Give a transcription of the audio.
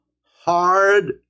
hard